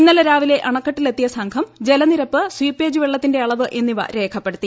ഇന്നലെ രാവിലെ അണക്കെട്ടിലെത്തിയ സംഘം ജലനിരപ്പ് സ്വീപ്പേജ് വെള്ളത്തിന്റെ അളവ് എന്നിവ രേഖപ്പെടുത്തി